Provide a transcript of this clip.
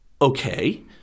Okay